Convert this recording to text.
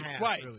Right